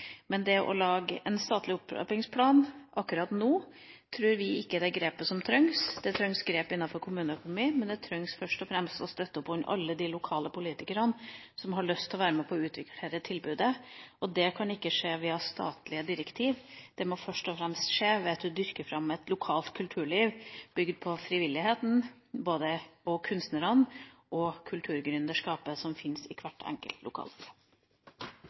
Men det å lage en statlig opptrappingsplan akkurat nå tror vi ikke er det grepet som trengs. Det trengs grep innenfor kommuneøkonomi, men man trenger først og fremst å støtte opp under alle de lokale politikerne som har lyst til å være med på å utvikle dette tilbudet. Det kan ikke skje via statlige direktiver, det må først og fremst skje ved at man dyrker fram et lokalt kulturliv bygd på frivilligheten, på kunstnerne og kulturgründerskapet som fins i hvert enkelt